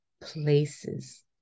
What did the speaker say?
places